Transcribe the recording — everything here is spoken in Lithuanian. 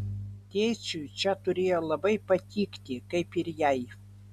tėčiui čia turėjo labai patikti kaip ir jai